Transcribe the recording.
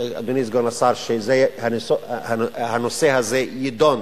אדוני סגן השר, שהנושא הזה יידון